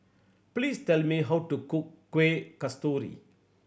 please tell me how to cook Kueh Kasturi